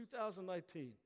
2019